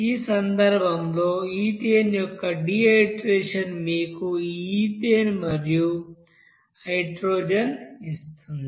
ఈ సందర్భంలో ఈథేన్ యొక్క డీహైడ్రోజనేషన్ మీకు ఈథేన్ మరియు హైడ్రోజన్ ఇస్తుంది